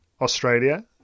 Australia